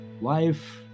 life